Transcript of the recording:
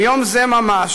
ביום זה ממש,